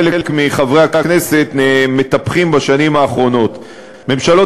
חלק מחברי הכנסת מטפחים בשנים האחרונות: ממשלות